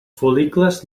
fol·licles